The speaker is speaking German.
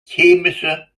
chemische